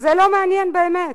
זה לא מעניין באמת.